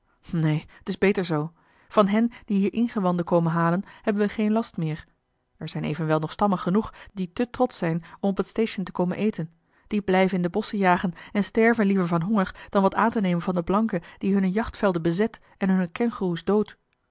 neen t is beter zoo van hen die hier ingewanden komen halen hebben we geen last meer er zijn evenwel nog stammen genoeg die te trotsch zijn om op het station te komen eten die blijven in de bosschen jagen en sterven liever van honger dan wat aan te nemen van den blanke die hunne jachtvelden bezet en hunne kengoeroes doodt